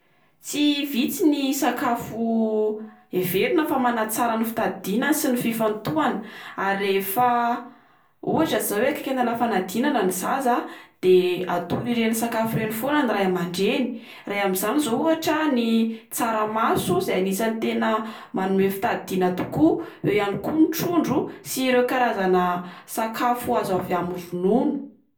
Tsy vitsy ny sakafo heverina fa manatsara ny fitadidiana sy ny fifantohana, ary rehefa ohatra zao oe akaiky anala fanadinana ny zaza a de atoro ireny sakafo ireny fôna ny ray aman-dreny. Iray amin'izany zao ohatra ny tsaramaso izay anisan'ny tena manome fitadidiana tokoa eo ihany koa ny trondro sy ireo karazana sakafo azo avy amin'ny ronono.